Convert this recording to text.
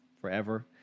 forever